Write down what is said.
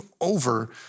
over